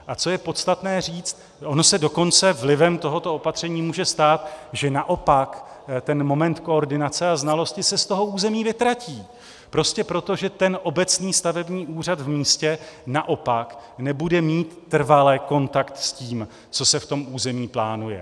A co je podstatné říct, ono se dokonce vlivem tohoto opatření může stát, že naopak ten moment koordinace a znalosti se z toho území vytratí prostě proto, že ten obecní stavební úřad v místě naopak nebude mít trvale kontakt s tím, co se v tom území plánuje.